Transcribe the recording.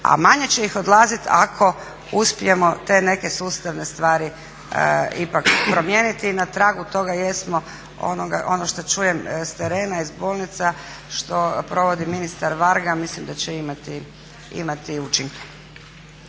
A manje će ih odlaziti ako uspijemo te neke sustavne stvari ipak promijeniti i na tragu toga jesmo, ono što čujem s terena iz bolnica što provodi ministar Varga, mislim da će imati učinka.